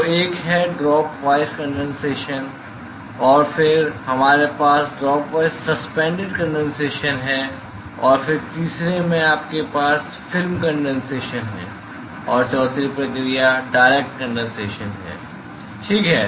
तो एक है ड्रॉप वाइज कंडेनसेशन और फिर हमारे पास ड्रॉप वाइज सस्पेंडेड कंडेनसेशन है और फिर तीसरे में आपके पास फिल्म कंडेनसेशन है और चौथी प्रक्रिया डायरेक्ट कंडेनसेशन है ठीक है